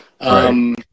Right